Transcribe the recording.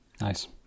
Nice